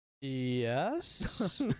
Yes